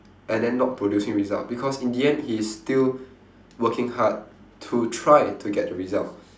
and then not producing result because in the end he is still working hard to try to get the results